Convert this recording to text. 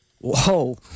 Whoa